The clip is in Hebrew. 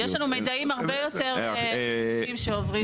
יש לנו הרבה יותר מידעים שעוברים.